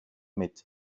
mit